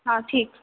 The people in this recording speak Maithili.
हॅं ठीक छै